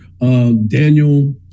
Daniel